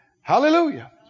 Hallelujah